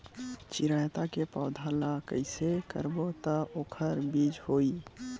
चिरैता के पौधा ल कइसे करबो त ओखर बीज होई?